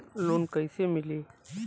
Loan कइसे मिलि?